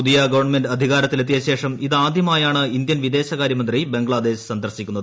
പുതിയ ഗവൺമെന്റ് അധികാരത്തിലെത്തിയ ശേഷം ഇതാദ്യമായാണ് ഇന്ത്യൻ വിദേശകാര്യമന്ത്രി ബംഗ്ലാദേശ് സന്ദർശിക്കുന്നത്